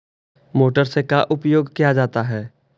Motor से का उपयोग क्या जाता है?